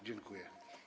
Dziękuję.